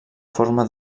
forma